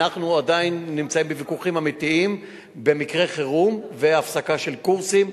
אנחנו עדיין נמצאים בוויכוחים אמיתיים במקרה חירום והפסקה של קורסים,